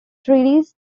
treatises